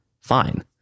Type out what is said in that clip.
Fine